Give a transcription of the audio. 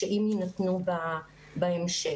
אם יינתנו בהמשך,